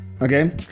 Okay